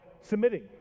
submitting